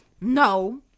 No